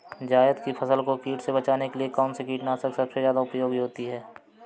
जायद की फसल को कीट से बचाने के लिए कौन से कीटनाशक सबसे ज्यादा उपयोगी होती है?